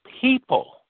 people